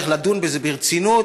צריך לדון בזה ברצינות